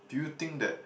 do you think that